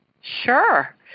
sure